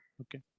okay